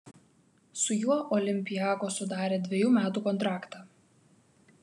su juo olympiakos sudarė dvejų metų kontraktą